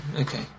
Okay